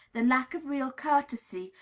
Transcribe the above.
the lack of real courtesy,